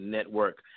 Network